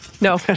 no